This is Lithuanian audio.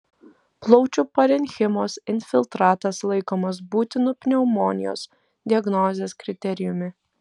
plaučių parenchimos infiltratas laikomas būtinu pneumonijos diagnozės kriterijumi